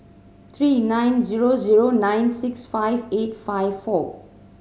three nine zero zero nine six five eight five four